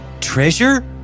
treasure